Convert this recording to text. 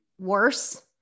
worse